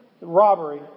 Robbery